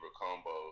combo